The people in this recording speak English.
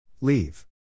Leave